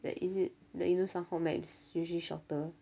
that is it that you know sanhok map is usually shorter